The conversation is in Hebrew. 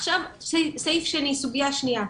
עכשיו סוגייה שנייה,